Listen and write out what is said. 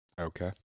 Okay